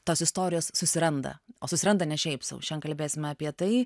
tos istorijos susiranda o susiranda ne šiaip sau šian kalbėsime apie tai